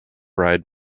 ride